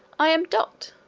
i am dot,